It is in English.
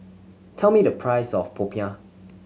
tell me the price of popiah